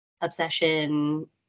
obsession